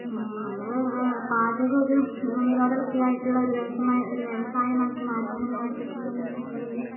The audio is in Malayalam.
നമ്മള് ഒരു പാചകം ഒരു വിനോദവൃത്തിയായിട്ടുള്ളൊരു വ്യവസമ വ്യവസായമാക്കി മാറ്റണം എന്ന് ഓർത്തിട്ടുണ്ടെന്ന് വെച്ചിട്ടുണ്ടെങ്കിൽ